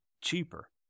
cheaper